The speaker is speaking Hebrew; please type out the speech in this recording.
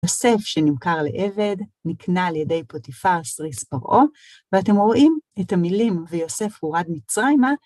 יוסף שנמכר לעבד, נקנה על ידי פוטיפר סריס פרעה, ואתם רואים את המילים, ויוסף הורד מצרימה.